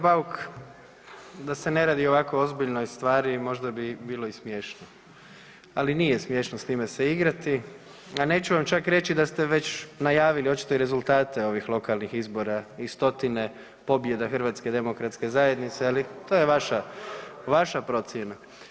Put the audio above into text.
Kolega Bauk, da se ne radi o ovako ozbiljnoj stvari možda bi bilo i smiješno, ali nije smiješno s time se igrati, a neću vam čak reći da ste već najavili očito i rezultate ovih lokalnih izbora i stotine pobjeda HDZ-a, ali to je vaša, vaša procjena.